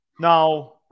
now